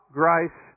grace